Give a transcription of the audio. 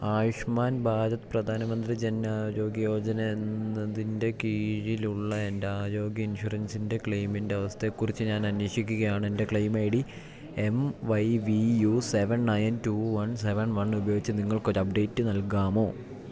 ആയുഷ്മാൻ ബാരത് പ്രധാനമന്ത്രി ജൻ ആരോഗ്യ യോജന എന്നതിൻ്റെ കീഴിലുള്ള എൻ്റെ ആരോഗ്യ ഇൻഷുറൻസിൻ്റെ ക്ലെയിമിൻ്റെ അവസ്ഥയെക്കുറിച്ച് ഞാൻ അന്വേഷിക്കുകയാണ് എൻ്റെ claim I D M Y V U seven nine two one seven one ഉപയോഗിച്ച് നിങ്ങൾക്ക് ഒരു അപ്ഡേറ്റ് നൽകാമോ